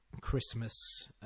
christmas